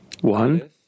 One